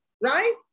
right